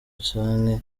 canke